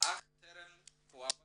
אך טרם הועבר